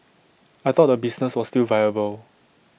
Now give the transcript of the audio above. I thought the business was still viable